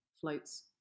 floats